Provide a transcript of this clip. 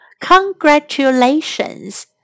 Congratulations